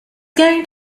going